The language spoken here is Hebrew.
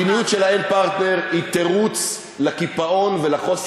אני רק אגיד לך שהמדיניות של האין-פרטנר היא תירוץ לקיפאון ולחוסר